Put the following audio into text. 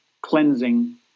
cleansing